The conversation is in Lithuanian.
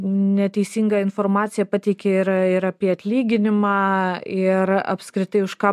neteisingą informaciją pateikė ir ir apie atlyginimą ir apskritai už ką